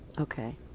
Okay